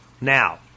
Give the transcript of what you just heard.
Now